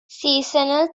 seasonal